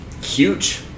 huge